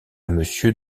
monsieur